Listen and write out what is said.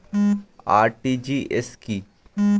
RTGS কি?